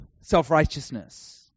self-righteousness